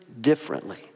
differently